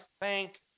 thank